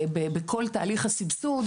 בכל תהליך הסבסוד,